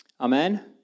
Amen